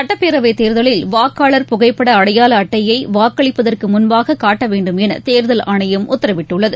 சட்டப்பேரவை தேர்தலில் வாக்காளர் புகைப்பட அடையாள அட்டையை வாக்களிப்பதற்கு முன்பாக காட்ட வேண்டும் என தேர்தல் ஆணையம் உத்தரவிட்டுள்ளது